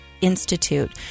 institute